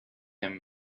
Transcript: him